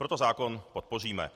Proto zákon podpoříme.